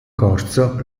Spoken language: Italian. corso